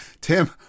Tim